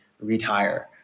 retire